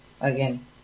again